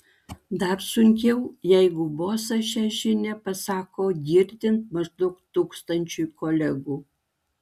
dar sunkiau jeigu bosas šią žinią pasako girdint maždaug tūkstančiui kolegų